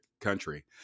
country